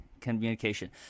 communication